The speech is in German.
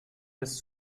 des